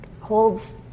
holds